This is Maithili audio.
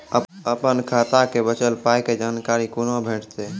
अपन खाताक बचल पायक जानकारी कूना भेटतै?